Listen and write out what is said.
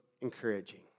encouraging